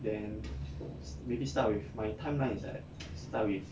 then maybe start with my timeline is like that start with